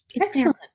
excellent